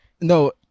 No